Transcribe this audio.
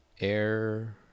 Air